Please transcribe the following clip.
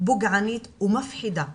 פוגענית ומפחידה.